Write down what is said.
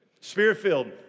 Spirit-filled